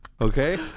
Okay